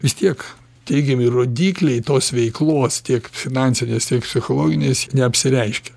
vis tiek teigiami rodikliai tos veiklos tiek finansinės tiek psichologinės neapsireiškia